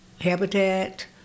habitat